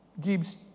gives